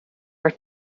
are